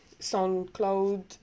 SoundCloud